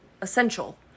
essential